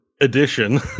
edition